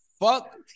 Fuck